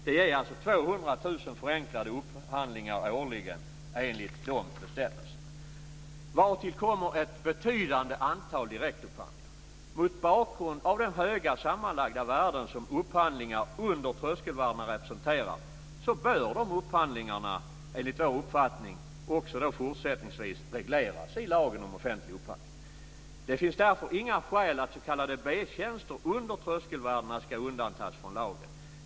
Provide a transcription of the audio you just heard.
Det görs ca 200 000 förenklade upphandlingar årligen enligt de bestämmelserna. Därtill kommer ett betydande antal direktupphandlingar. Mot bakgrund av de höga sammanlagda värden som upphandlingar under tröskelvärdena representerar bör de upphandlingarna enligt vår uppfattning också fortsättningsvis regleras i lagen om offentlig upphandling. Det finns därför inga skäl till att s.k. B tjänster under tröskelvärdena ska undantas från lagen.